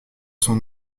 son